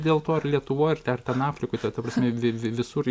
dėl to ar lietuvoj ar ten afrikoj ta prasme vi visur